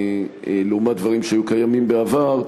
לעומת דברים שהיו קיימים בעבר,